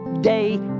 day